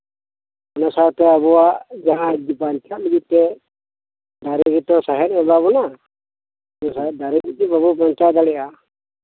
ᱚᱱᱟ ᱥᱟᱶᱛᱮ ᱟᱵᱩᱣᱟᱜ ᱡᱟᱦᱟᱸ ᱵᱟᱧᱪᱟᱜ ᱞᱟᱹᱜᱤᱫᱛᱮ ᱫᱟᱨᱮ ᱜᱮᱛᱚ ᱥᱟᱦᱮᱸᱫ ᱮ ᱮᱢᱟᱵᱚᱱᱟ ᱛᱚᱵᱮ ᱫᱟᱨᱤ ᱡᱚᱫᱤ ᱵᱟᱵᱩ ᱵᱟᱧᱪᱟᱣ ᱫᱟᱲᱤᱭᱟᱜ ᱟ